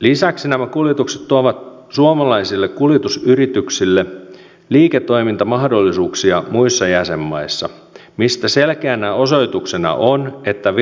lisäksi nämä kuljetukset tuovat suomalaisille kuljetusyrityksille liiketoimintamahdollisuuksia muissa jäsenmaissa mistä selkeänä osoituksena on että